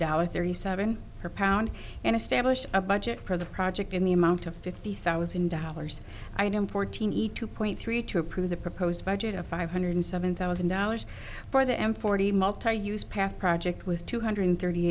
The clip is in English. dollar thirty seven per pound and establish a budget for the project in the amount of fifty thousand dollars i know him fourteen each two point three to approve the proposed budget of five hundred seven thousand dollars for the m forty multiuse path project with two hundred thirty